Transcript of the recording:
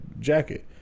jacket